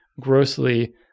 grossly